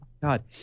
God